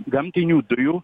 gamtinių dujų